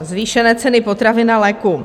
... zvýšené ceny potravin a léků.